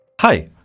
Hi